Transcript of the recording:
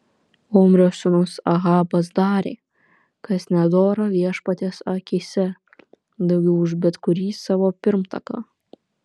omrio sūnus ahabas darė kas nedora viešpaties akyse daugiau už bet kurį savo pirmtaką